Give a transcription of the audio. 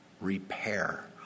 Repair